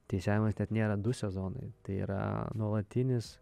teisėjavimas net nėra du sezonai tai yra nuolatinis